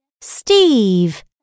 steve